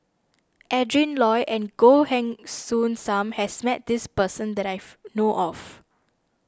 Adrin Loi and Goh Heng Soon Sam has met this person that I've know of